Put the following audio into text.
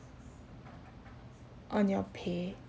on your pay